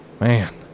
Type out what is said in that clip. man